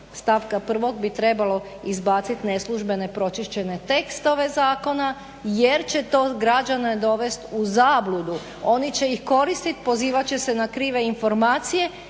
stavka 1. bi trebalo izbaciti neslužbene pročišćene tekstove zakona jer će to građane dovesti u zabludu, oni će ih koristiti, pozivat će se na krive informacije,